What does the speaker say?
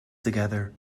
together